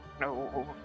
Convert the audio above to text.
no